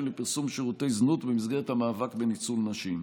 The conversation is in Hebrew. לפרסום שירותי זנות במסגרת המאבק בניצול נשים.